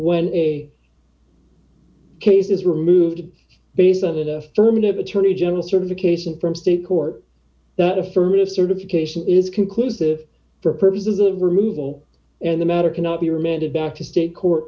when a cases removed based on an affirmative attorney general certification from state court that affirmative certification is conclusive for purposes of removal and the matter cannot be remanded back to state court